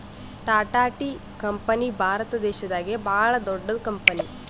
Tata tea company Bharat ದೇಶದಾಗೆ ಭಾಳ್ ದೊಡ್ಡದ್ ಕಂಪನಿ